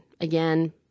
Again